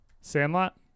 Sandlot